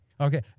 Okay